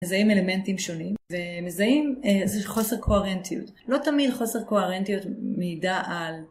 מזהים אלמנטים שונים, ומזהים חוסר קוארנטיות, לא תמיד חוסר קוארנטיות מעידה על